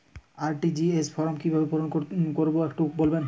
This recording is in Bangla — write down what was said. আর.টি.জি.এস ফর্ম কিভাবে পূরণ করবো একটু বলবেন?